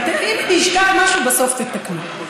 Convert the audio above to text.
אם אני אשכח משהו בסוף תתקנו.